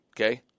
Okay